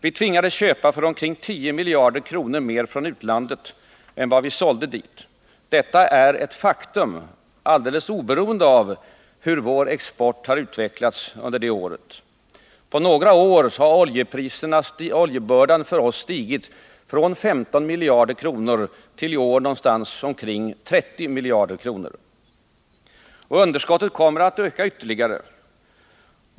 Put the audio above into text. Vi tvingades köpa för omkring 10 miljarder kronor mer från utlandet än vi sålde dit. Detta är ett faktum, alldeles oberoende av hur vår export har utvecklats under det året. På några år har oljebördan för oss stigit från 15 miljarder kronor till i år någonstans omkring 30 miljarder kronor. Och underskottet kommer att öka ytterligare.